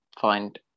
find